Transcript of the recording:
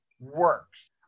works